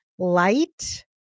Light